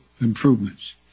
improvements